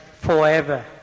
forever